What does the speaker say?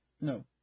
No